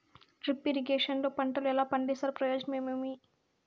Drip irrigation లో పంటలు ఎలా పండిస్తారు ప్రయోజనం ఏమేమి?